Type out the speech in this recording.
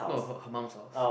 no her her mum's house